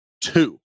two